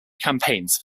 campaigns